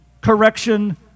correction